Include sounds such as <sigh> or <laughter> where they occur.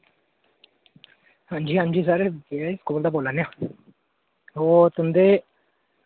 हांजी हांजी sir <unintelligible> school दा बोल्ला ने आं ओ तुंदे